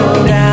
down